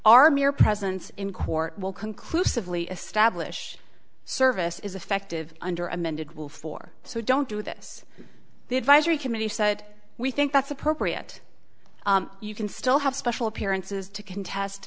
our mere presence in court will conclusively establish service is effective under amended will four so don't do this the advisory committee said we think that's appropriate you can still have special appearances to contest